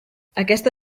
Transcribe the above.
aquesta